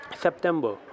September